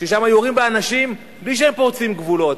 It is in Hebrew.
ששם יורים באנשים בלי שהם פורצים גבולות,